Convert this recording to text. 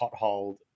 potholed